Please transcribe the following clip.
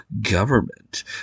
government